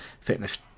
fitness